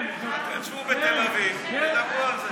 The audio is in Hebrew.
אז שבו בתל אביב, תדברו על זה,